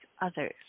others